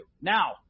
Now